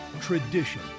tradition